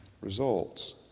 results